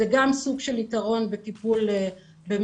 זה גם סוג של יתרון בטיפול במשפחות.